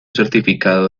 certificado